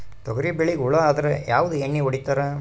ತೊಗರಿಬೇಳಿಗಿ ಹುಳ ಆದರ ಯಾವದ ಎಣ್ಣಿ ಹೊಡಿತ್ತಾರ?